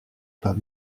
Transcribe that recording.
pas